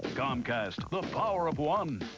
comcast, the power of one.